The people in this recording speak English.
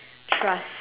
trust